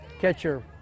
catcher